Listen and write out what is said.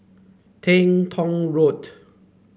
Teng Tong Road